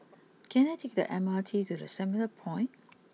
can I take the M R T to the Centrepoint